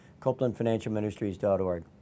copelandfinancialministries.org